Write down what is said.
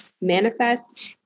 manifest